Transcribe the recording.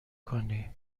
کنی